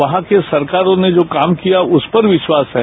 वहां की सरकारों ने जो काम किया उस पर विश्वास है